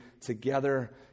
together